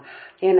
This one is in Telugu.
కాబట్టి జి